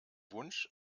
wunsch